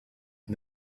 and